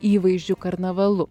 įvaizdžių karnavalu